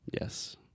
Yes